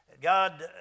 God